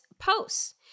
posts